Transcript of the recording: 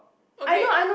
okay